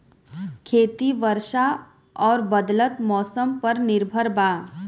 खेती वर्षा और बदलत मौसम पर निर्भर बा